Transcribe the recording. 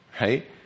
Right